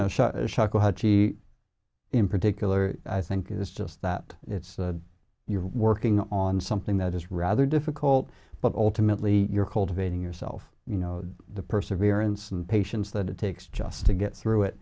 shakuhachi in particular i think it's just that it's you're working on something that is rather difficult but ultimately you're cultivating yourself you know the perseverance and patience that it takes just to get through it